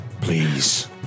please